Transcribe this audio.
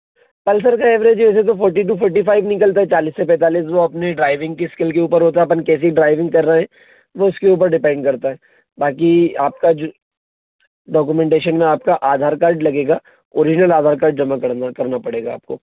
Pulsar का average ऐसे तो फ़ोर्टी टू फ़ोर्टी फ़ाइव निकलता है चालीस से पैंतालीस वो अपनी ड्राइविंग की स्किल के ऊपर होता है अपन कैसी ड्राइविंग कर रहे हैं वो उसके ऊपर डिपेंड करता है बाकी आपका जो डॉक्यूमेंटेशन में आपका आधार कार्ड लगेगा ओरिजिनल आधार कार्ड जमा करना करना पड़ेगा आपको